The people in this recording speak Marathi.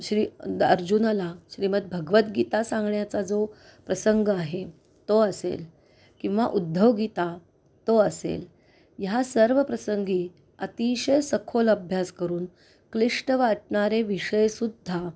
श्री अर्जुनाला श्रीमद भगवद्गीता सांगण्याचा जो प्रसंग आहे तो असेल किंवा उद्धवगीता तो असेल ह्या सर्व प्रसंगी अतिशय सखोल अभ्यास करून क्लिष्ट वाटणारे विषयसुद्धा